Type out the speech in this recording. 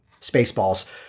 Spaceballs